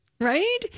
Right